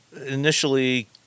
initially